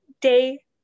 day